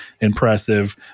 impressive